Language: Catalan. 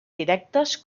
directes